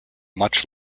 much